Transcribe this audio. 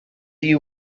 you